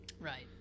Right